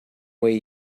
way